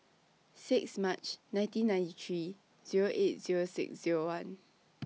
six March nineteen ninety three Zero eight Zero six Zero one